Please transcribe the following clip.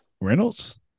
Reynolds